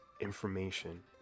information